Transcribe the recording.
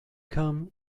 come